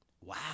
Wow